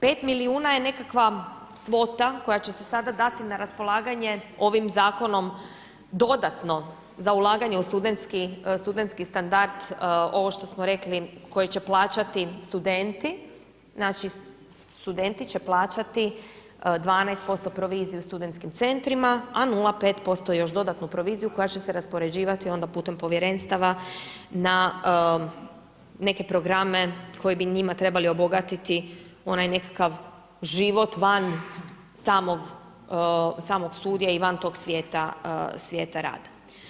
Pet milijuna je nekakva svota koja će se sada dati na raspolaganje ovim Zakonom dodatno za ulaganje u studentski standard, ovo što smo rekli koji će plaćati studenti, znači studenti će plaćati 12% proviziju studentskim centrima a 0,5% još dodatnu proviziju koja će se raspoređivati onda putem povjerenstava na neke programe koji bi njima trebali obogatiti onaj nekakav život van samog studija i van tog svijeta, svijeta rada.